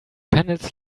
panels